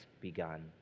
begun